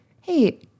hey